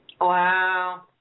Wow